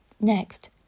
Next